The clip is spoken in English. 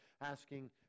asking